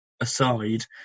aside